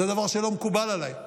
זה דבר שלא מקובל עליי.